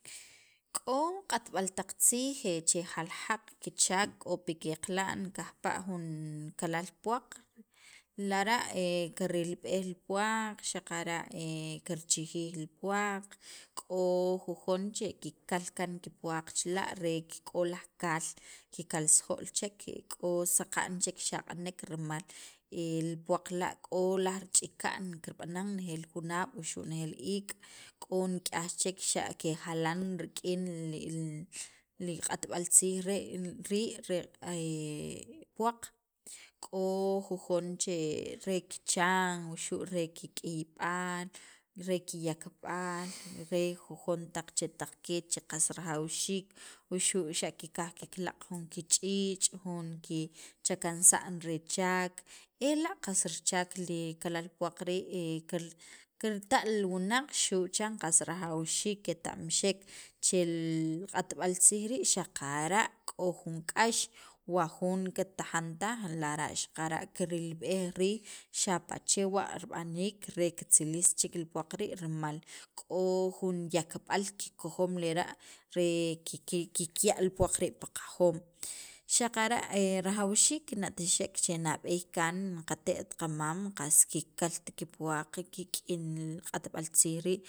k'o q'atb'al taq tziij che jaljaq kichaak k'o pi keqla'n kajpa' jun kalal puwaq lara' kirilb'ej li puwaq xaqara' kirchijij li puwaq k'o jujon kikal kaan kipuwaq chila' re k'o laj kaal kiqalsajol chek k'o saqa'n chek xaq'anek rimal li puwaq la' k'o laj chiqa'n kirb'anan nejeel junaab' wuxu' nejeel iik' k'o nik'yaj che xa' kejalan rik'in li q'atb'al tziij re' rii' re puwaq k'o jujon che re kichan, wuxu' re kek'iyb'al re kiyakb'al re jujon chetaq keech che qas rajawxiik wuxu' xa' kikaj kiklaq' kich'iich', jun kichaknasa'n re chaak, ela' qas richaak li kalal puwaq rii' kirta' li wunaq xu' chan qas rajawxiik qeta'mxek xaqara' k'o jun k'ax wa jun kitajan taj lara' xaqara' kirilb'ej riij xapa' chewa' rib'aniik re kitzilis chek li puwaq rii' rimal k'o jun yakb'al kikojom lera' re kikya' li puwaq rii' pi piqajom xaqara' rajawxiik kina'tixek che nab'eey kaan qate't qamam qast kikalt kipuwaq kik'in li q'atb'al tziij rii'.